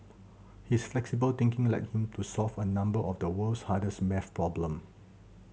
his flexible thinking led him to solve a number of the world's hardest maths problem